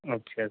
اچھا